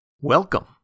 Welcome